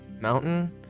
mountain